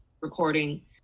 recording